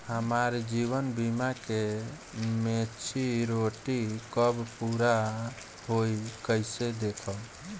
हमार जीवन बीमा के मेचीयोरिटी कब पूरा होई कईसे देखम्?